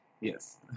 Yes